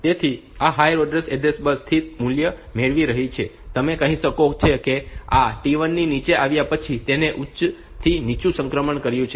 તેથી આ higher order address bus સ્થિર મૂલ્ય મેળવી રહી છે તમે કહી શકો કે આ T1 નીચે આવ્યા પછી તેણે ઉચ્ચથી નીચું સંક્રમણ કર્યું છે